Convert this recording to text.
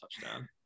touchdown